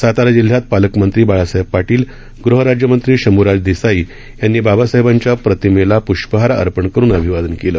सातारा जिल्ह्यात पालकमंत्री बाळासाहेब पापील गृह राज्यमंत्री शंभूराज देसाई यांनी बाबासाहेबांच्या प्रतिमेला प्ष्पहार अर्पण करुन अभिवादन केलं